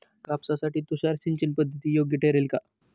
कापसासाठी तुषार सिंचनपद्धती योग्य ठरेल का?